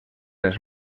les